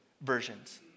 versions